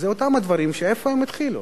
איפה הם התחילו?